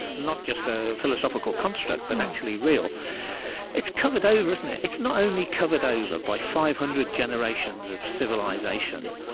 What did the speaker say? not just a philosophical construct but actually real it's covered over, isn't it. it's not only covered over by five hundred generations of civilization,